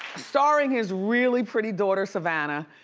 starring his really pretty daughter, savannah.